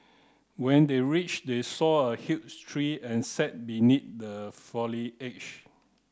when they reached they saw a huge tree and sat beneath the foliage